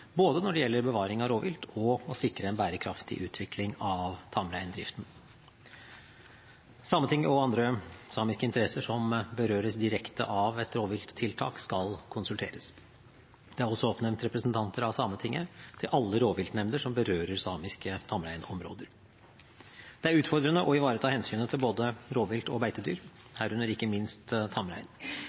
når det gjelder både bevaring av rovvilt og å sikre en bærekraftig utvikling av tamreindriften. Sametinget og andre samiske interesser som berøres direkte av et rovvilttiltak, skal konsulteres. Det er også oppnevnt representanter for Sametinget til alle rovviltnemnder som berører samiske tamreinområder. Det er utfordrende å ivareta hensynet til både rovvilt og beitedyr, herunder ikke minst tamrein.